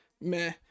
meh